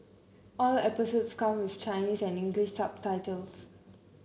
all episodes come with Chinese and English subtitles